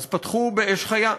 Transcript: אז פתחו באש חיה.